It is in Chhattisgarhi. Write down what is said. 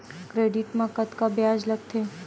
क्रेडिट मा कतका ब्याज लगथे?